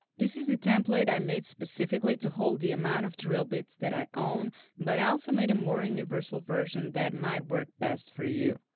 this is the template i made specifically to hold the amount of drill bits that i own but i also made a more and universal version that might work best for you.